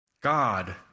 God